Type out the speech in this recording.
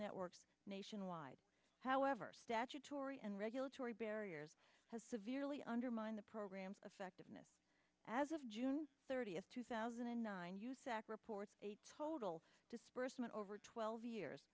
network nationwide however statutory and regulatory barriers has severely undermined the program's effect as of june thirtieth two thousand and nine sack reports a total disbursement over twelve years